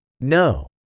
No